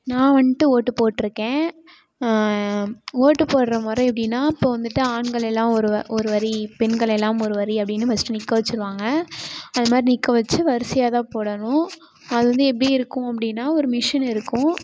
நான் வந்துட்டு ஓட்டு போட்டிருக்கேன் ஓட்டு போடுற முறை எப்படின்னா இப்போது வந்துட்டு ஆண்கள் எல்லாம் ஒரு வ ஒரு வரி பெண்கள் எல்லாம் ஒரு வரி அப்படின்னு ஃபஸ்ர்ட்டு நிற்க வெச்சுருவாங்க அது மாதிரி நிற்க வெச்சு வரிசையாக தான் போடணும் அது வந்து எப்படி இருக்கும் அப்படின்னா ஒரு மிஷின் இருக்கும்